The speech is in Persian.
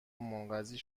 منقضی